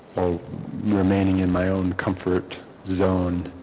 or remaining in my own comfort zone